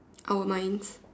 I won't mind